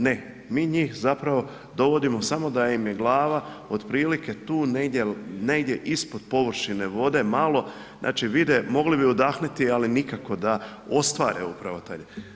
Ne, mi njih zapravo dovodimo samo da im je glava otprilike tu negdje ispod površine vode, malo, znači vide, mogli bi udahnuti, ali nikako da ostvare upravo taj.